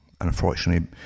unfortunately